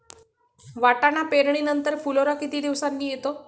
वाटाणा पेरणी नंतर फुलोरा किती दिवसांनी येतो?